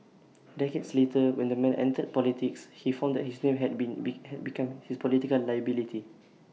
decades later when the man entered politics he found that his name had been be had become his political liability